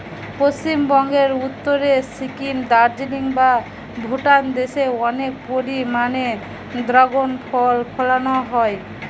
পশ্চিমবঙ্গের উত্তরে সিকিম, দার্জিলিং বা ভুটান দেশে অনেক পরিমাণে দ্রাগন ফল ফলানা হয়